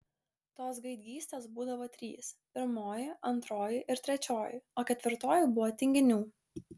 tos gaidgystės būdavo trys pirmoji antroji ir trečioji o ketvirtoji buvo tinginių